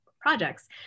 projects